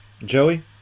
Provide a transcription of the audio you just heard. Joey